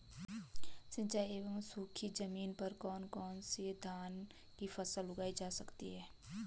सिंचाई एवं सूखी जमीन पर कौन कौन से धान की फसल उगाई जा सकती है?